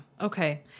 Okay